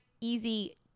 easy